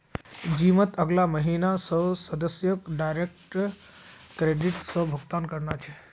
जिमत अगला महीना स सदस्यक डायरेक्ट क्रेडिट स भुक्तान करना छ